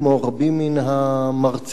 כמו רבים מן המרצים,